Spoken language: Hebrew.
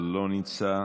לא נמצא,